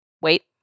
wait